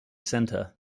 center